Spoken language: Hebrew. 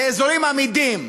באזורים אמידים.